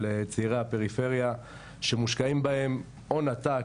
של צעירי הפריפריה שמושקעים בהם הון עתק,